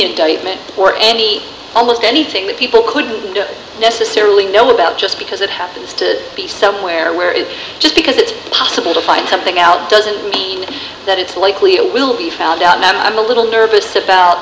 indictment or any almost anything that people couldn't necessarily know about just because it happens to be somewhere where it's just because it's possible to fight something out doesn't mean that it's likely it will be found out and i'm a little nervous about